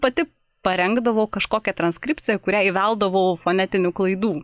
pati parengdavau kažkokią transkripciją į kurią įveldavau fonetinių klaidų